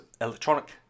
electronic